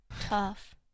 tough